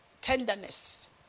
tenderness